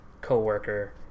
co-worker